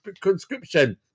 conscription